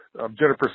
Jennifer